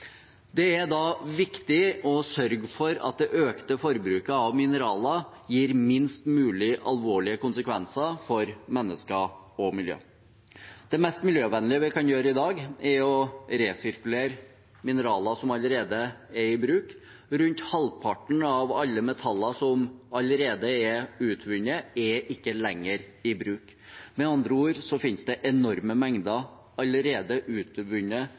Det er da viktig å sørge for at det økte forbruket av mineraler gir færrest mulig alvorlige konsekvenser for mennesker og miljø. Det mest miljøvennlige vi kan gjøre i dag, er å resirkulere mineraler som allerede er i bruk. Rundt halvparten av alle metaller som allerede er utvunnet, er ikke lenger i bruk. Med andre ord finnes det enorme mengder allerede